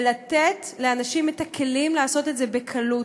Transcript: ולתת לאנשים את הכלים לעשות את זה בקלות.